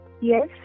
Yes